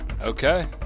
Okay